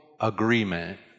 agreement